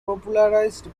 popularised